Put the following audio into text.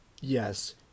Yes